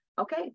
okay